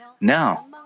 now